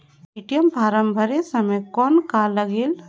ATM form भरे समय कौन का लगेल?